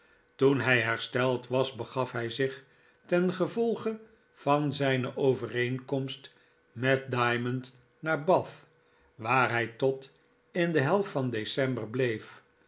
toen hi hersteld was begaf hij zich ten gevolge van zijne overeenkomst met diamond naar bath waar hij tot in de helft van december bleef